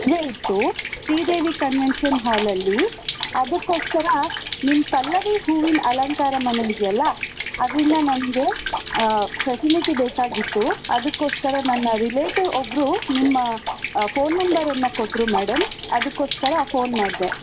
ಮದುವೆ ಇತ್ತು ಶ್ರೀದೇವಿ ಕನ್ವೆನ್ಷನ್ ಹಾಲಲ್ಲಿ ಅದಕ್ಕೋಸ್ಕರ ನಿಮ್ಮ ಪಲ್ಲವಿ ಹೂವಿನ ಅಲಂಕಾರ ಮನೆ ಇದೆಯಲ್ಲ ಅದರಿಂದ ನಮಗೆ ಫೆಸಿಲಿಟಿ ಬೇಕಾಗಿತ್ತು ಅದಕ್ಕೋಸ್ಕರ ನಮ್ಮ ರಿಲೇಟಿವ್ ಒಬ್ಬರು ನಿಮ್ಮ ಫೋನ್ ನಂಬರನ್ನು ಕೊಟ್ಟರು ಮೇಡಮ್ ಅದಕ್ಕೋಸ್ಕರ ಫೋನ್ ಮಾಡಿದೆ